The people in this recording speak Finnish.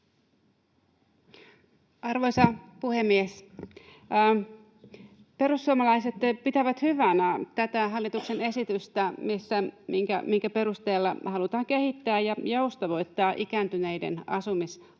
Arvoisa puhemies! Perussuomalaiset pitää hyvänä tätä hallituksen esitystä, minkä perusteella halutaan kehittää ja joustavoittaa ikääntyneiden asumisratkaisuja.